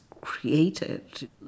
created